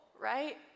right